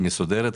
מסודרת,